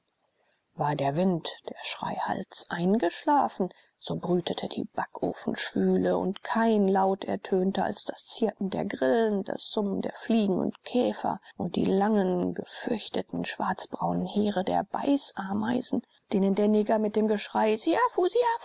war der wind der schreihals eingeschlafen so brütete die backofenschwüle und kein laut ertönte als das zirpen der grillen das summen der fliegen und käfer und die langen gefürchteten schwarzbraunen heere der beißameisen denen der neger mit dem geschrei